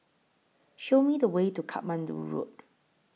Show Me The Way to Katmandu Road